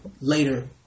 later